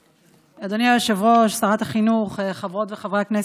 אדוני היושב-ראש, שרת החינוך, חברות וחברי הכנסת,